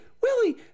Willie